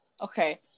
Okay